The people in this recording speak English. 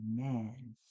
amen